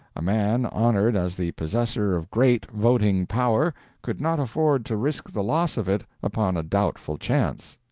a man honoured as the possessor of great voting power could not afford to risk the loss of it upon a doubtful chance.